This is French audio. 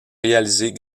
réalisés